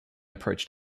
approach